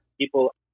people